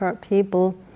people